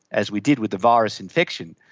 as we did with the virus infection,